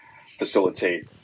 facilitate